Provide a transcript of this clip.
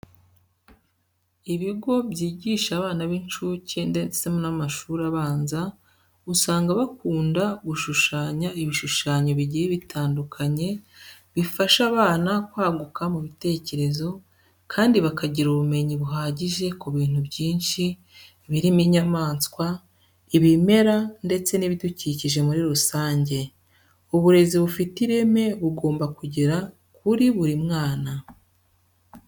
Ibigo byigisha abana b'inshuke ndetse n'amashuri abanza usanga bakunda gushushanya ibishushanyo bigiye bitandukanye bifasha abana kwaguka mu bitekerezo kandi bakagira ubumenyi buhagije ku bintu byinshi birimo inyamaswa, ibimera ndetse n'ibidukikije muri rusange. Uburezi bufite ireme bugomba kugera kuri buri mwana.